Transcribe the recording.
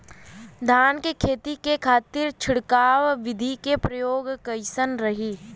धान के खेती के खातीर छिड़काव विधी के प्रयोग कइसन रही?